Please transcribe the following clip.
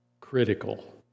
critical